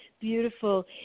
Beautiful